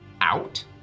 out